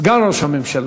סגן ראש הממשלה,